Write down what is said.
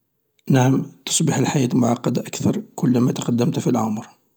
نعم تصبح الحياة معقدة أكثر كلما تقدمت في العمر.